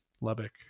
lubbock